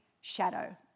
shadow